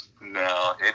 no